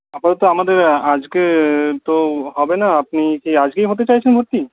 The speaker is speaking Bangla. আপাতত আমাদের আজকে তো হবে না আপনি কি আজকেই হতে চাইছেন ভর্তি